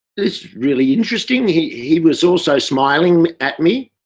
it's really interesting. he he was also smiling at me.